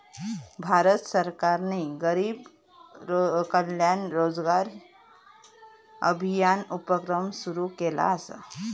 भारत सरकारने गरीब कल्याण रोजगार अभियान उपक्रम सुरू केला असा